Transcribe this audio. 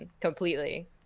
completely